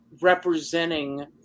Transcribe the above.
representing